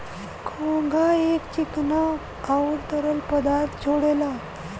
घोंघा एक चिकना आउर तरल पदार्थ छोड़ेला